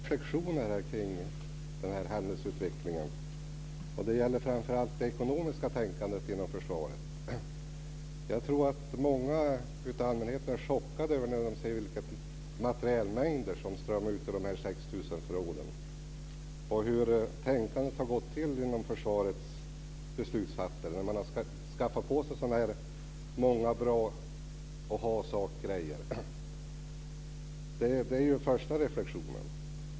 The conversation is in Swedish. Fru talman! Jag har ett par reflexioner kring händelseutvecklingen, och det gäller framför allt det ekonomiska tänkandet inom försvaret. Jag tror att många bland allmänheten blir chockade när de ser vilka materielmängder som strömmar ut ur de 6 000 förråden och undrar hur tänkandet har varit inom försvarets beslutsfattande när man har skaffat sig så här många bra-att-ha-saker. Det är den första reflexionen.